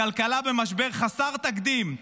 הכלכלה במשבר חסר תקדים.